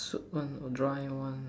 soup one dry one